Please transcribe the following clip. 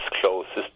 closest